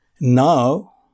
Now